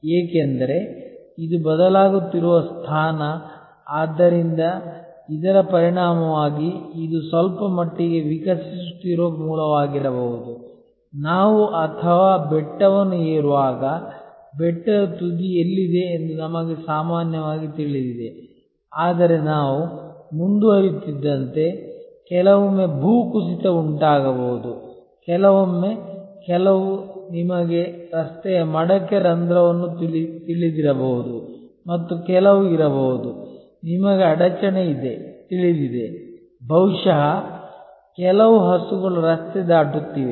ಏಕೆಂದರೆ ಇದು ಬದಲಾಗುತ್ತಿರುವ ಸ್ಥಾನ ಆದ್ದರಿಂದ ಇದರ ಪರಿಣಾಮವಾಗಿ ಇದು ಸ್ವಲ್ಪಮಟ್ಟಿಗೆ ವಿಕಸಿಸುತ್ತಿರುವ ಮೂಲವಾಗಿರಬಹುದು ನಾವು ಅಥವಾ ಬೆಟ್ಟವನ್ನು ಏರುವಾಗ ಬೆಟ್ಟದ ತುದಿ ಎಲ್ಲಿದೆ ಎಂದು ನಮಗೆ ಸಾಮಾನ್ಯವಾಗಿ ತಿಳಿದಿದೆ ಆದರೆ ನಾವು ಮುಂದುವರಿಯುತ್ತಿದ್ದಂತೆ ಕೆಲವೊಮ್ಮೆ ಭೂಕುಸಿತ ಉಂಟಾಗಬಹುದು ಕೆಲವೊಮ್ಮೆ ಕೆಲವು ನಿಮಗೆ ರಸ್ತೆಯ ಮಡಕೆ ರಂಧ್ರವನ್ನು ತಿಳಿದಿರಬಹುದು ಮತ್ತು ಕೆಲವು ಇರಬಹುದು ನಿಮಗೆ ಅಡಚಣೆ ತಿಳಿದಿದೆ ಬಹುಶಃ ಕೆಲವು ಹಸುಗಳು ರಸ್ತೆ ದಾಟುತ್ತಿವೆ